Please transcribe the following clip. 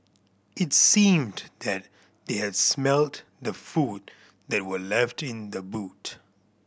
it seemed that they had smelt the food that were left in the boot